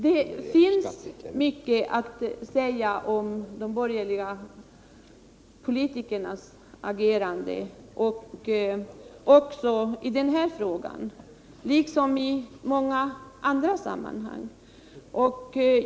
Det finns mycket att säga om de borgerliga politikernas agerande i den här frågan liksom i många andra sammanhang.